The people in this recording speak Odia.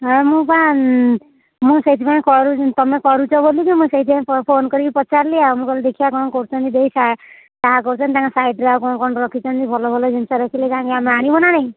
ହଁ ମୁଁ ପା ମୁଁ ସେଇଥିପାଇଁ କରୁ ତୁମେ କରୁଛ ବୋଲିକି ମୁଁ ସେଇଥିପାଇଁ ଫୋନ୍ କରିକି ପଚାରିଲି ଆଉ ମୁଁ କହିଲି ଦେଖିବା କ'ଣ କରୁଛନ୍ତି ଦେଇ ଚାହା କରୁଛନ୍ତି ତାଙ୍କ ସାଇଟରେ ଆଉ କ'ଣ କ'ଣ ରଖିଛନ୍ତି ଭଲ ଭଲ ଜିନିଷ ରଖିଲେ କାହିଁକି ଆମେ ଆଣିବୁ ନା ନାଇଁ